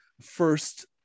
first